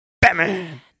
Batman